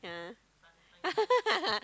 yeah